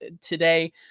today